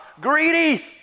greedy